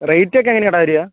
rate ഒക്കെ എങ്ങനെയാണെടാ വരുക